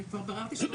אני כל כך מבינה אתכם.